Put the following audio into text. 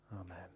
Amen